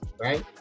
right